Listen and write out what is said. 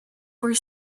were